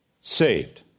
saved